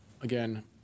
again